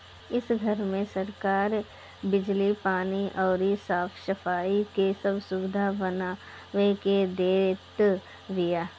इ घर में सरकार बिजली, पानी अउरी साफ सफाई के सब सुबिधा बनवा के देत बिया